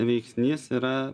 veiksnys yra